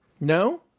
No